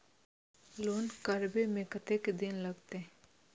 Loan करबे में कतेक दिन लागते?